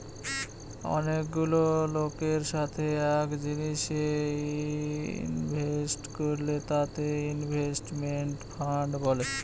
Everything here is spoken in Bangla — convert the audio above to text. অনেকগুলা লোকের সাথে এক জিনিসে ইনভেস্ট করলে তাকে ইনভেস্টমেন্ট ফান্ড বলে